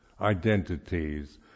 identities